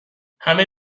همه